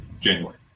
January